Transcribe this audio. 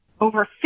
over